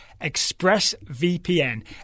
ExpressVPN